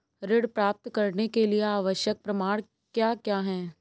ऋण प्राप्त करने के लिए आवश्यक प्रमाण क्या क्या हैं?